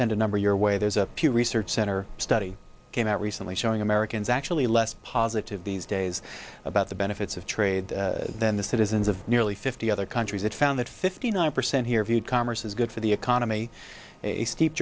send a number your way there's a pew research center study came out recently showing americans actually less positive these days about the benefits of trade than the citizens of nearly fifty other countries it found that fifty nine percent here view commerce is good for the economy a steep